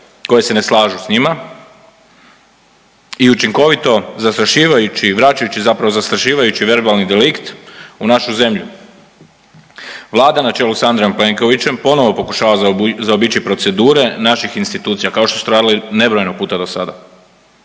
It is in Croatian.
koji se ne slažu sa njima u učinkovito zastrašivajući i vraćajući zapravo zastrašivajući verbalni delikt u našu zemlju. Vlada na čelu sa Andrejem Plenkovićem ponovo pokušava zaobići procedure naših institucija kao što su to radile nebrojeno puta do sada.